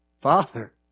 Father